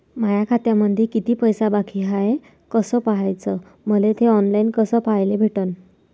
माया खात्यामंधी किती पैसा बाकी हाय कस पाह्याच, मले थे ऑनलाईन कस पाह्याले भेटन?